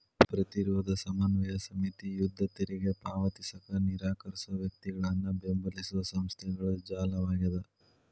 ಪ್ರತಿರೋಧ ಸಮನ್ವಯ ಸಮಿತಿ ಯುದ್ಧ ತೆರಿಗೆ ಪಾವತಿಸಕ ನಿರಾಕರ್ಸೋ ವ್ಯಕ್ತಿಗಳನ್ನ ಬೆಂಬಲಿಸೊ ಸಂಸ್ಥೆಗಳ ಜಾಲವಾಗ್ಯದ